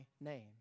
name